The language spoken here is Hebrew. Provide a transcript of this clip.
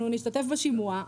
אנחנו נשתתף בשימוע,